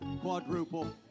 quadruple